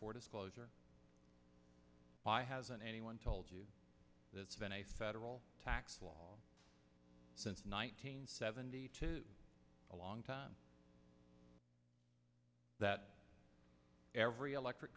for disclosure why hasn't anyone told you that's been a federal tax law since nine hundred seventy two a long time that every electric